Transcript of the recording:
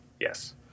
Yes